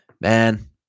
man